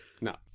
No